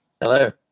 Hello